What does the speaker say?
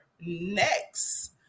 next